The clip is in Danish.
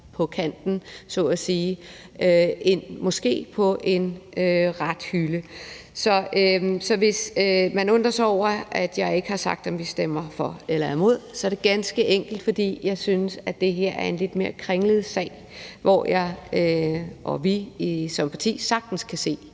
på kanten så at sige ind på rette hylde. Så hvis man undrer sig over, at jeg ikke har sagt, om vi stemmer for eller imod, er det ganske enkelt, fordi jeg synes, det her er en lidt mere kringlet sag, hvor jeg og vi som parti sagtens kan se